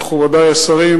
מכובדי השרים,